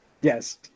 Yes